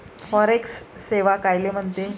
Forex सेवा कायले म्हनते?